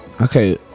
Okay